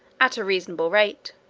at a reasonable rate